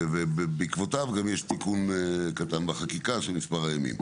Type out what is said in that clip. ובעקבותיו גם יש תיקון קטן בחקיקה של שמספר הימים.